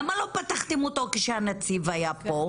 למה לא פתחתם אותו כשהנציב היה פה?